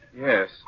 Yes